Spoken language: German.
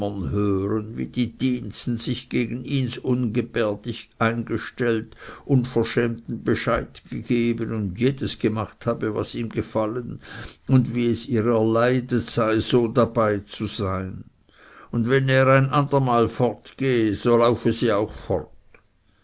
wie die diensten sich gegen ihns unbärdig eingestellt unverschämten bescheid gegeben und jedes gemacht habe was ihm gefallen und wie es ihr erleidet sei so dabeizusein und wenn er ein andermal fortgehe so laufe sie auch fort